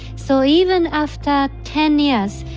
so even after ten years,